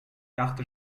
dachte